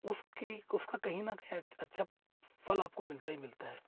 उसकी उसका कहीं ना कहीं अच्छा फल आपको मिलता ही मिलता है